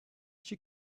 she